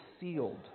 sealed